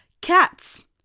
Cats